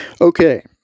Okay